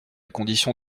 condition